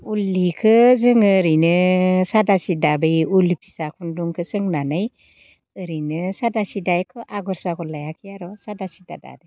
उल सिखौ जोङो ओरैनो सादा सिदा बै उल फिसा खुन्दुंखौ सोंनानै ओरैनो सादा सिदा एख' आगर सागर लायाखै आरो सादा सिदा दादों